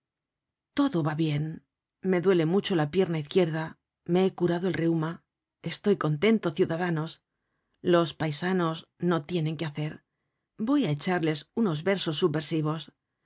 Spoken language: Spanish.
todo va bien me duele mucho la pierna izquierda me he curado el reuma estoy contento ciudadanos los paisanos no tienen que hacer voy á echarles unos versos subsersivos